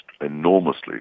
enormously